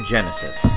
Genesis